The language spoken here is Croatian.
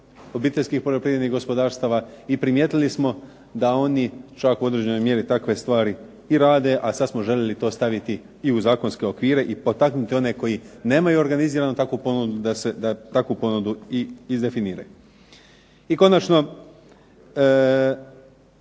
obiteljskih poljoprivrednih gospodarstava i primijetili smo da oni čak u određenoj mjeri takve stvari i rade, a sada smo željeli to staviti i u zakonske okvire i potaknuti one koji nemaju organiziranu takvu ponudu da takvu ponudu i izdefiniraju. I konačno,